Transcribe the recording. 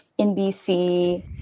NBC